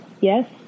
Yes